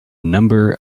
number